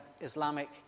Islamic